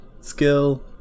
skill